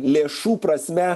lėšų prasme